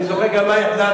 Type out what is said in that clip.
אני גם זוכר מה החלטנו.